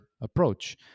approach